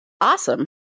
Awesome